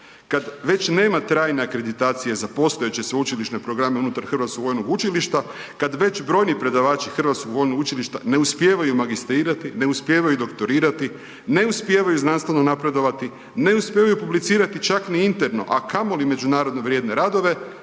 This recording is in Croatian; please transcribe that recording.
kad već nema trajne akreditacije za postojeće sveučilišne programe unutar Hrvatskog vojnog učilišta, kad već brojni predavači Hrvatskog vojnog učilišta ne uspijevaju magistrirati, ne uspijevaju doktorirati, ne uspijevaju znanstveno napredovati, ne uspijevaju publicirati čak ni interno, a kamoli međunarodno vrijedne radove